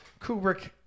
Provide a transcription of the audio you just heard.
Kubrick